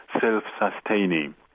self-sustaining